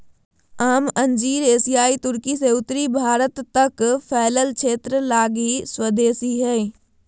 आम अंजीर एशियाई तुर्की से उत्तरी भारत तक फैलल क्षेत्र लगी स्वदेशी हइ